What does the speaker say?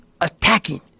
attacking